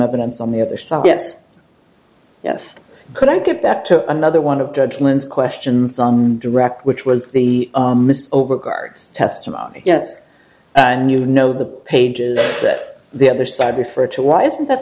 evidence on the other side gets yes could i get back to another one of judgment questions on direct which was the overcard testimony yes and you know the pages that the other side refer to why isn't that